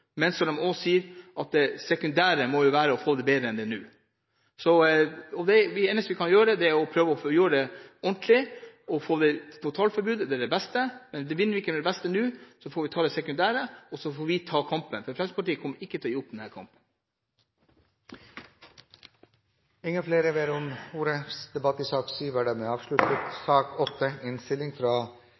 men – som de også sier – det sekundære må være å få det bedre enn det er nå. Det eneste vi kan gjøre, er å prøve å få gjort dette ordentlig – få et totalforbud. Det er det beste. Men vinner vi ikke fram med det beste nå, får vi godta det sekundære. Så får vi ta kampen – Fremskrittspartiet kommer ikke til å gi opp denne kampen. Flere har ikke bedt om ordet til sak